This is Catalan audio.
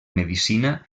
medicina